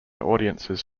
audiences